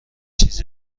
چیز